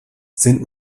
sind